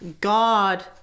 God